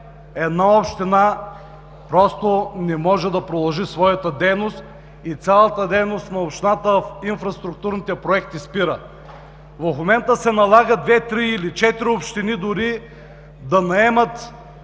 една община просто не може да продължи своята дейност и цялата дейност на общината в инфраструктурните проекти спира. В момента се налага две, три или четири общини да наемат